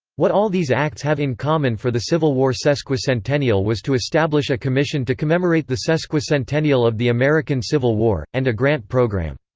what all these acts have in common for the civil war sesquicentennial was to establish a commission to commemorate the sesquicentennial of the american civil war, and a grant program.